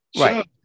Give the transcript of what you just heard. Right